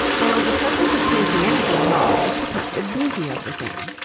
now, the purpose of painting anything at all is to paint the beauty of the thing.